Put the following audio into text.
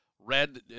Red